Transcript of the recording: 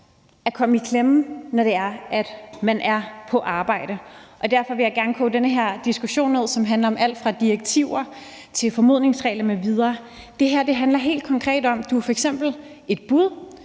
at komme i klemme, når man er på arbejde. Derfor vil jeg gerne koge den her diskussion, som handler om alt fra direktiver til formodningsregler m.v., ned. Det her handler helt konkret om: Du er